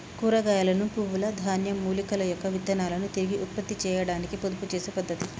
కూరగాయలను, పువ్వుల, ధాన్యం, మూలికల యొక్క విత్తనాలను తిరిగి ఉత్పత్తి చేయాడానికి పొదుపు చేసే పద్ధతి